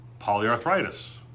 polyarthritis